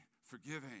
forgiving